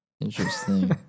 Interesting